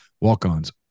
walk-ons